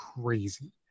crazy